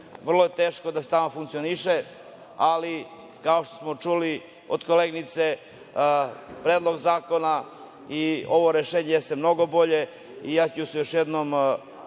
veoma teško da stalno funkcioniše, ali kao što smo čuli od koleginice, Predlog zakona i ovo rešenje jeste mnogo bolje.